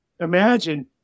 imagine